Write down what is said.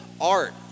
art